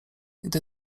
gdy